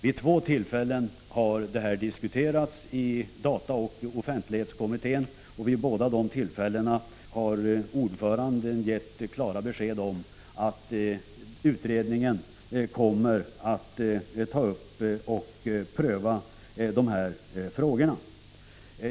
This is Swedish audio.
Vid två tillfällen har detta diskuterats i dataoch offentlighetskommittén, och vid båda dessa tillfällen har ordföranden gett klart besked om att utredningen kommer att ta upp och pröva dessa frågor.